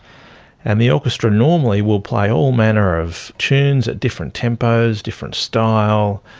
and the orchestra normally will play all manner of tunes at different tempos, different styles,